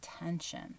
attention